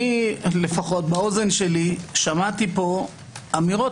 אני לפחות באוזן שלי שמעתי פה אמירות